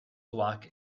block